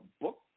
book